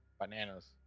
bananas